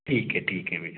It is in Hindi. ठीक है ठीक है भैया